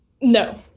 no